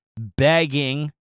begging